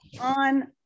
on